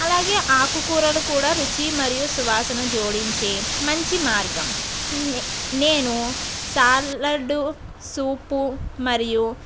అలాగే ఆకుకూరలు కూడా రుచి మరియు సువాసన జోడించి మంచి మార్గం నేను సార్లుడు సూపు మరియు